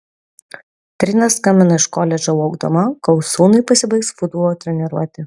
trina skambino iš koledžo laukdama kol sūnui pasibaigs futbolo treniruotė